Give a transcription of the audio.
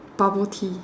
bubble tea